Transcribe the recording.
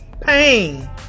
pain